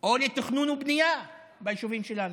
או לתכנון ובנייה ביישובים שלנו,